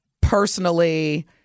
personally